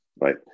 right